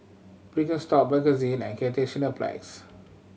Birkenstock Bakerzin and Cathay Cineplex